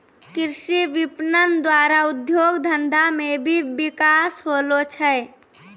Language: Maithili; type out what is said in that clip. कृषि विपणन द्वारा उद्योग धंधा मे भी बिकास होलो छै